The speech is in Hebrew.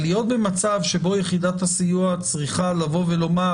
אבל להיות במצב שבו יחידת הסיוע צריכה לבוא ולומר: